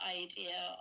idea